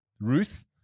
Ruth